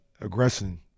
aggression